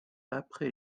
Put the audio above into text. après